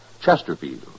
Chesterfield